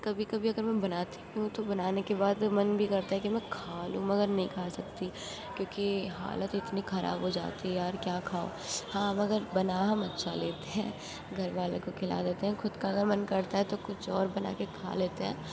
کبھی کبھی اگر میں بناتی ہوں تو بنانے کے بعد من بھی کرتا ہے کہ میں کھا لوں مگر نہیں کھا سکتی کیونکہ حالت اتنی خراب ہو جاتی ہے یار کیا کھاؤ ہاں مگر بنا ہم اچھا لیتے ہیں گھر والوں کو کھلا دیتے ہیں خود کا اگر من کرتا ہے تو کچھ اور بنا کے کھا لیتے ہیں